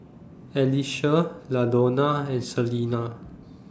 Alicia Ladonna and Celina